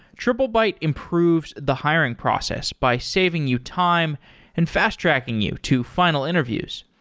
triplebyte improves the hiring process by saving you time and fast-tracking you to final interviews.